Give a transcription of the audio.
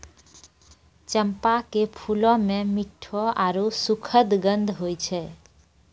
चंपा के फूलो मे मिठ्ठो आरु सुखद गंध होय छै